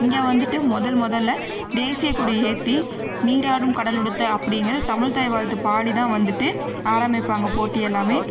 இங்கே வந்துட்டு முதல் முதல்ல தேசியக்கொடி ஏற்றி நீராரும் கடலுடுத்த அப்படிங்கிற தமிழ்தாய் வாழ்த்து பாடி தான் வந்துட்டு ஆரம்மிப்பாங்க போட்டி எல்லாமே